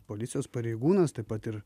policijos pareigūnas taip pat ir